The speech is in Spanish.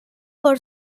por